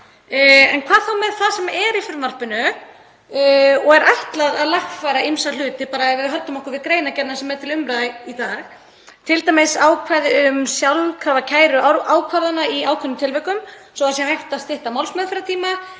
En hvað með það sem er í frumvarpinu og er ætlað að lagfæra ýmsa hluti, bara ef við höldum okkur við greinargerðina sem er til umræðu í dag? Til dæmis ákvæði um sjálfkrafa kæru ákvarðana í ákveðnum tilvikum svo hægt sé að stytta málsmeðferðartíma